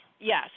Yes